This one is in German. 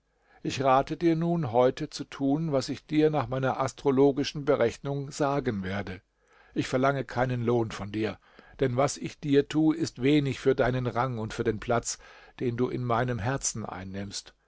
ich rate dir nun heute zu tun was ich dir nach meiner astrologischen berechnung sagen werde ich verlange keinen lohn von dir denn was ich dir tu ist wenig für deinen rang und für den platz den du in meinem herzen einnimmst